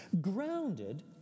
grounded